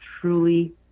truly